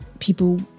People